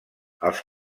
els